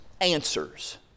answers